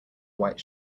white